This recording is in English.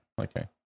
Okay